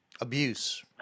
abuse